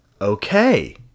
Okay